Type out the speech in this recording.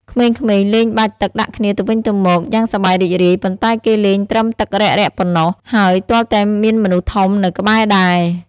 ក្មេងៗលេងបាចទឹកដាក់គ្នាទៅវិញទៅមកយ៉ាងសប្បាយរីករាយ ប៉ុន្តែគេលេងត្រឹមទឹករ៉ាក់ៗប៉ុណ្ណោះ ហើយទាល់តែមានមនុស្សធំនៅក្បែរដែរ។